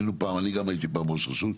אני גם הייתי פעם ראש רשות.